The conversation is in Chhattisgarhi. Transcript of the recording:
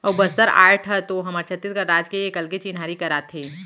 अऊ बस्तर आर्ट ह तो हमर छत्तीसगढ़ राज के एक अलगे चिन्हारी कराथे